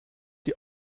die